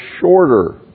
shorter